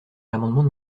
l’amendement